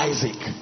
Isaac